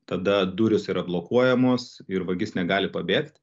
tada durys yra blokuojamos ir vagis negali pabėgt